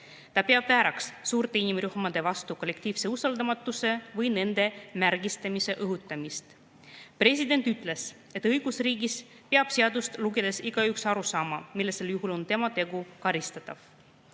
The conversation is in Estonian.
Ta peab vääraks suurte inimrühmade vastu kollektiivse usaldamatuse või nende märgistamise õhutamist. President ütles, et õigusriigis peab seadust lugedes igaüks aru saama, millisel juhul on tema tegu karistatav.